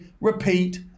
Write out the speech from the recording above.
repeat